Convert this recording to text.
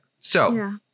So-